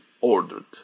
ordered